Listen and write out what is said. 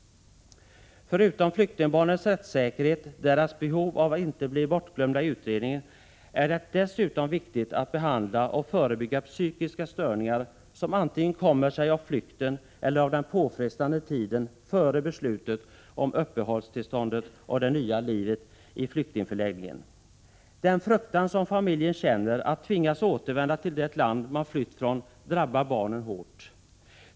Förutom flyktingbarnens rättssäkerhet, dvs. deras behov av att inte bli — Prot. 1986/87:119 bortglömda i utredningarna, är det dessutom viktigt att behandla och 8 maj 1987 förebygga psykiska störningar som antingen kommer sig av flykten eller av den påfrestande tiden före beslutet om uppehållstillståndet och det nya livet i flyktingförläggningen. Den fruktan som familjen känner för att tvingas återvända till det land som den har flytt från drabbar barnen hårt.